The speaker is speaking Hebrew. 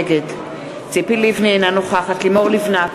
נגד ציפי לבני, אינה נוכחת לימור לבנת,